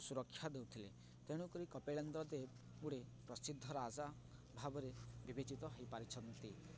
ସୁରକ୍ଷା ଦେଉଥିଲେ ତେଣୁକରି କପିଳେନ୍ଦ୍ର ଦେେବ ଗୋଟେ ପ୍ରସିଦ୍ଧ ରାଜା ଭାବରେ ବିବେଚିତ ହେଇପାରିଛନ୍ତି